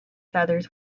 feathers